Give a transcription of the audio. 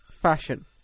fashion